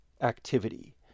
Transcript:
activity